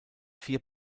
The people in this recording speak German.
vier